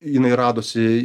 jinai radosi